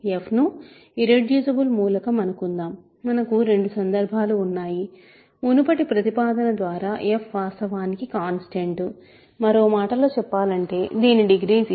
f ను irreducible మూలకం అనుకుందాం మనకు రెండు సందర్భాలు ఉన్నాయి మునుపటి ప్రతిపాదన ద్వారా f వాస్తవానికి కాన్స్టాంట్ మరో మాటలో చెప్పాలంటే దీని డిగ్రీ 0